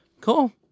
Cool